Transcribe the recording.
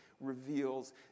reveals